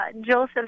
Joseph